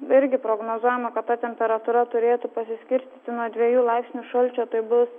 irgi prognozuojama kad ta temperatūra turėtų pasiskirstyti nuo dviejų laipsnių šalčio tai bus